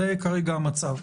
זה כרגע המצב.